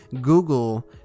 Google